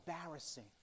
embarrassing